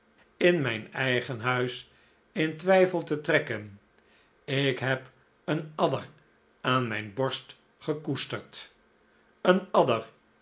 in mijn eigen huis in twijfel te trekken ik heb een adder aan mijn borst gekoesterd een adder